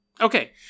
Okay